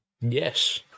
yes